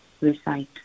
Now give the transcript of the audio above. recite